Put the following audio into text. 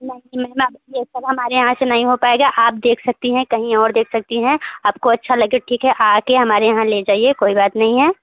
नहीं मैम अब ये सब हमारे यहाँ से नहीं हो पाएगा आप देख सकती हैं कहीं और देख सकती हैं आपको अच्छा लगे तो ठीक है आ कर हमारे यहाँ ले जाइए कोई बात नहीं है